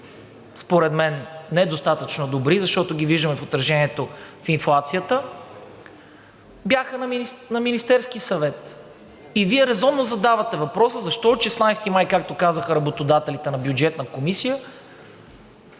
според мен недостатъчно добри, защото ги виждаме в отражението в инфлацията, бяха на Министерския съвет. И Вие резонно задавате въпроса защо от 16 май, както казаха работодателите на Бюджетната комисия,